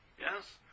Yes